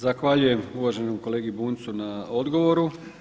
Zahvaljujem uvaženom kolegi Bunjcu na odgovoru.